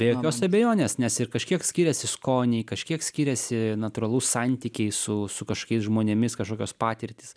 be jokios abejonės nes ir kažkiek skiriasi skoniai kažkiek skiriasi natūralu santykiai su su kažkokiais žmonėmis kažkokios patirtys